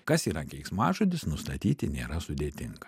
kas yra keiksmažodis nustatyti nėra sudėtinga